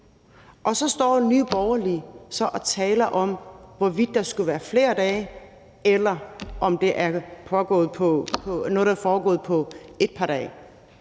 Og så står Nye Borgerlige og taler om, hvorvidt der skulle være flere dage, og at det er noget, der er foregået på et par dage.